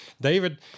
David